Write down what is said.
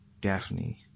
Daphne